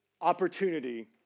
opportunity